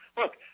look